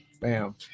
Bam